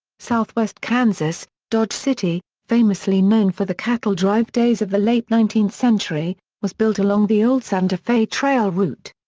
southwest kansas dodge city, famously known for the cattle drive days of the late nineteenth century, was built along the old santa fe trail route.